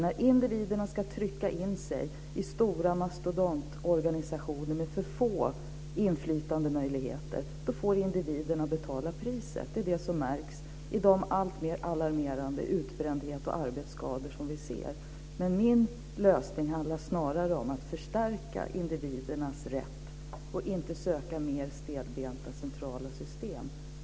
När individerna ska trycka in sig i stora mastodontorganisationer med för få inflytandemöjligheter, då får individerna betala priset. Det är det som märks i dag i de alltmer alarmerande arbetsskador och utbrändhet som vi ser. Min lösning handlar snarare om att förstärka individernas rätt och inte söka mer stelbenta centrala system.